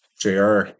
JR